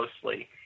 closely